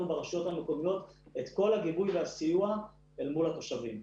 ברשויות המקומיות את כל הגיבוי והסיוע אל מול התושבים.